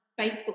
Facebook